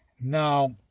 Now